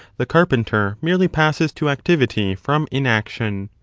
the carpenter merely passes to activity from inaction.